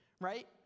right